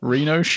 Reno